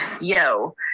yo